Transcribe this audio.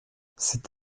c’est